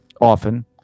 Often